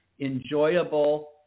enjoyable